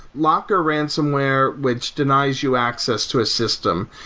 locker ransonware, which denies you access to a system.